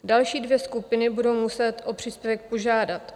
Další dvě skupiny budou muset o příspěvek požádat.